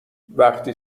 وقتی